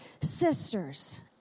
Sisters